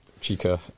Chica